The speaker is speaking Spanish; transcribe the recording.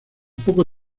poco